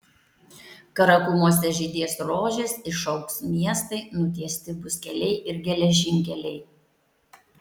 karakumuose žydės rožės išaugs miestai nutiesti bus keliai ir geležinkeliai